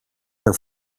her